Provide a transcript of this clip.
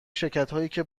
شرکتهایی